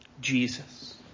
Jesus